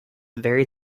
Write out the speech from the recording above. very